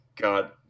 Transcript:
God